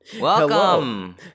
Welcome